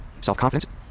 Self-confidence